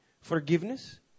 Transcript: Forgiveness